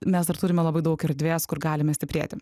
mes dar turime labai daug erdvės kur galime stiprėti